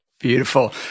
Beautiful